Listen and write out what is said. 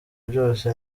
byose